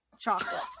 chocolate